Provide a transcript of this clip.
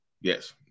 Yes